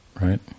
right